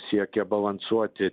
siekia balansuoti